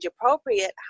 appropriate